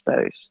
space